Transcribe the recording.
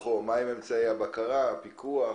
מה הם אמצעי הבקרה והפיקוח וכיו"ב.